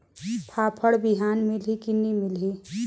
फाफण बिहान मिलही की नी मिलही?